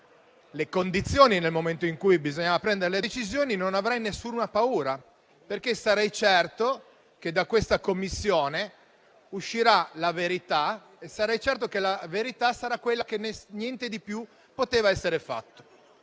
condizioni nel momento in cui bisognava prendere le decisioni, non avrei nessuna paura, perché sarei certo che da questa Commissione uscirà la verità e sarei certo che la verità sarà quella che non poteva essere fatto